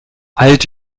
alt